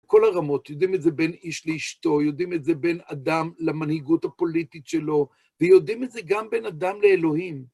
כל הרמות, יודעים את זה בין איש לאשתו, יודעים את זה בין אדם למנהיגות הפוליטית שלו, ויודעים את זה גם בין אדם לאלוהים.